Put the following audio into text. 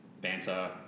banter